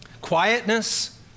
quietness